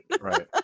Right